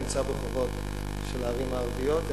זה נמצא ברחובות של הערים הערביות,